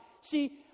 See